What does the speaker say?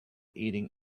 eating